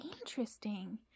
Interesting